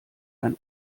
ein